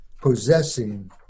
possessing